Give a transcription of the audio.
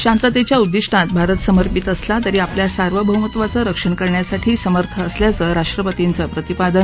शांततेच्या उद्दिष्टात भारत समर्पित असला तरी आपल्या सार्वभौमत्वाचं रक्षण करण्यासाठी समर्थ असल्याचं राष्ट्रपतींचं प्रतिपादन